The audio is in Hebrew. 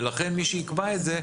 לכן מי שיקבע את זה,